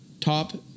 top